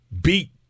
beat